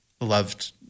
loved